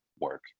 work